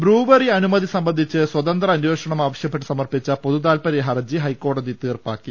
brewery അനുമതി സംബന്ധിച്ച് സ്വതന്ത്ര അന്വേഷണം ആവശ്യപ്പെട്ട് സമർപ്പിച്ച പൊതു താത്പര്യ ഹർജി ഹൈക്കോടതി തീർപ്പാക്കി